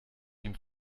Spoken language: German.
dem